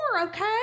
okay